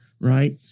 Right